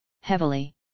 heavily